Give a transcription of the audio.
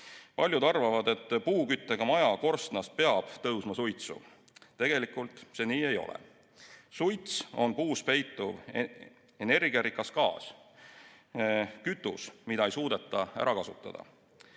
Paljud arvavad, et puuküttega maja korstnast peab tõusma suitsu. Tegelikult see nii ei ole. Suits on puus peituv energiarikas gaas, kütus, mida ei suudeta ära kasutada.